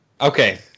Okay